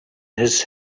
his